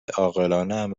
عاقلانهام